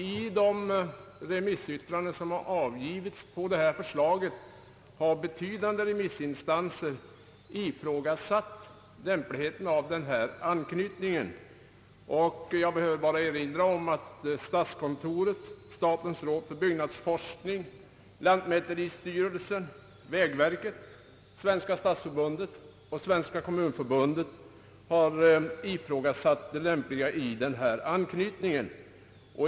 I de remissyttranden som avgivits om detta förslag har viktiga remissinstanser ifrågasatt lämpligheten av denna anknytning. Jag behöver bara erinra om att statskontoret, statens råd för byggnadsforskning, lantmäteristyrelsen, vägverket, Svenska stadsförbundet och Svenska kommunförbundet har ifrågasatt det lämpliga i denna anknytning.